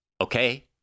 Okay